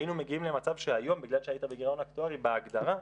היינו מגיעים למצב שהיום בגלל שהיית בגירעון אקטוארי בהגדרה,